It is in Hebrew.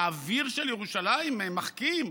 האוויר של ירושלים מחכים?